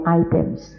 items